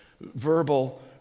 verbal